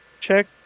check